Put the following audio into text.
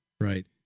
right